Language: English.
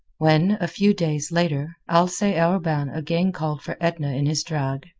when, a few days later, alcee arobin again called for edna in his drag,